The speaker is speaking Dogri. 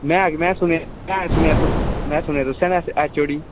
मै मै मै सुनेआ मै सुनेआ मै सुनेआ तुसें गै एच ओ डी